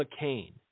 McCain